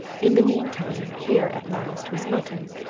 in the meantime here at last was mutton.